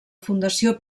fundació